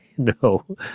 No